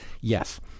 yes